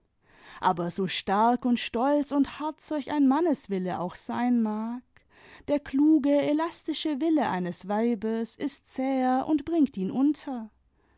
aber so stark und stolz und hart solch ein manneswille auch sein mag der kluge elastische wille eines weibes ist zäher und bringt ihn unter